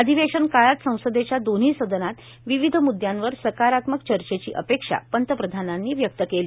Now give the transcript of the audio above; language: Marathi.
अधिवेशन काळात संसदेच्या दोन्ही सदनात विविध म्द्यांवर सकारात्मक चर्चेची अपेक्षा पंतप्रधानांनी व्यक्त केली